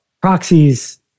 proxies